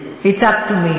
It's up to you.